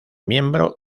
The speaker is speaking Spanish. miembro